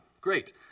great